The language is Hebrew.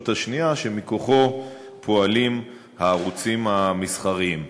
השנייה שמכוחו פועלים הערוצים המסחריים.